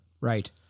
Right